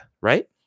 right